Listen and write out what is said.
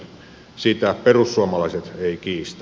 sitä perussuomalaiset ei kiistä